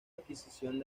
adquisición